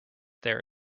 there